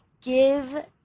give